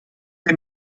wir